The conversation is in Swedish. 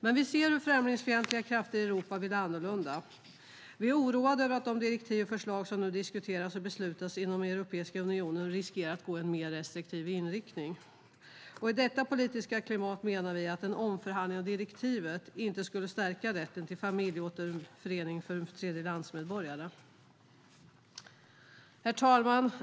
Men vi ser hur främlingsfientliga krafter i Europa vill annorlunda. Vi är oroade över att de direktiv och förslag som nu diskuteras och beslutas inom Europeiska unionen riskerar att få en mer restriktiv inriktning. I detta politiska klimat menar vi att en omförhandling av direktivet inte skulle stärka rätten till familjeåterförening för tredjelandsmedborgare. Herr talman!